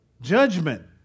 Judgment